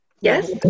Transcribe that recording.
Yes